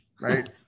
right